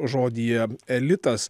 žodyje elitas